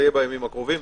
זה יהיה בימים הקרובים.